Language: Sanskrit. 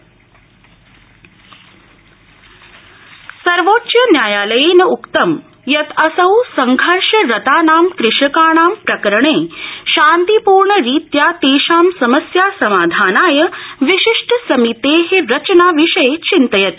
एससी कषका सर्वोच्चन्यायालयेन उक्तं यत् असौ संघर्षरतानां कृषकाणां प्रकरणे शान्तिपूर्णरित्या तेषां समस्या समाधानाय विशिष्टसमिते रचना विषये चिन्तयति